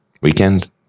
Weekend